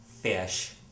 fish